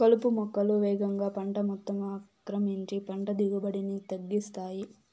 కలుపు మొక్కలు వేగంగా పంట మొత్తం ఆక్రమించి పంట దిగుబడిని తగ్గిస్తాయి